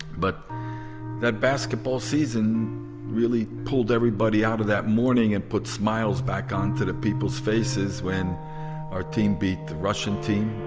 but that basketball season really pulled everybody out of that mourning and put smiles back onto the people's faces when our team beat the russian team